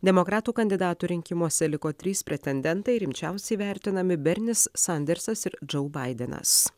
demokratų kandidatų rinkimuose liko trys pretendentai rimčiausiai vertinami bernis sandersas ir džou baidenas